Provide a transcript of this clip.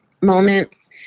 moments